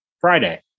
Friday